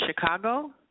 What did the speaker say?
Chicago